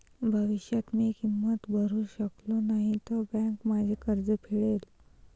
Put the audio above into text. भविष्यात मी किंमत भरू शकलो नाही तर बँक माझे कर्ज फेडेल